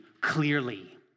clearly